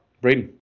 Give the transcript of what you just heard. Braden